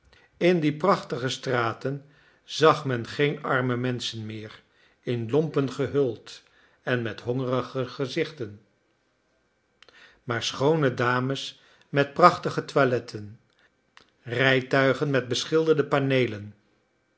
in die prachtige straten zag men geen arme menschen meer in lompen gehuld en met hongerige gezichten maar schoone dames met prachtige toiletten rijtuigen met beschilderde paneelen